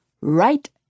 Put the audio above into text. right